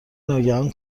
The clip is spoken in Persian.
ناگهان